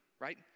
right